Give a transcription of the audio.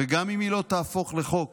וגם אם היא לא תהפוך לחוק